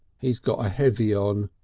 he's got a heavy on,